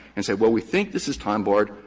and say, well, we think this is time barred,